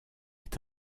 est